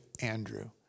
Andrew